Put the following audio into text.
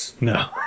No